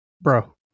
bro